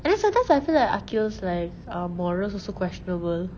and then sometimes I feel like aqil like morals also questionable